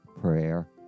prayer